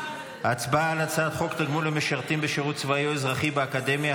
הצבעה על הצעת חוק תגמול למשרתים בשירות צבאי או אזרחי באקדמיה,